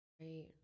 Right